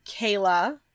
Kayla